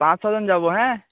পাঁচ ছ জন যাব হ্যাঁ